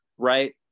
right